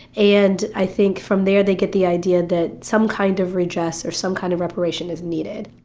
and i think from there they get the idea that some kind of redress or some kind of reparation is needed.